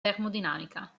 termodinamica